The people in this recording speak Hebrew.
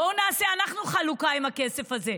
בואו נעשה אנחנו חלוקה עם הכסף הזה,